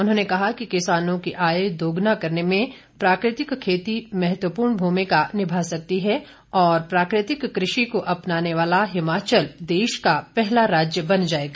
उन्होंने कहा कि किसानों की आय दोगुना करने में प्राकृतिक खेती महत्वपूर्ण भूमिका निभा सकती है और प्राकृतिक कृषि को अपनाने वाला हिमाचल देश का पहला राज्य बन जाएगा